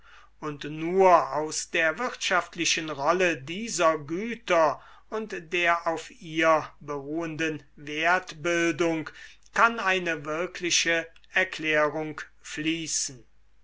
und nur aus der wirtschaftlichen rolle dieser güter und der auf ihr beruhenden wertbildung kann eine wirkliche erklärung fließen